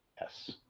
Yes